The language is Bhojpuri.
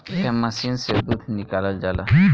एह मशीन से दूध निकालल जाला